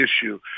issue